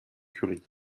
curie